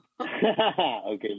Okay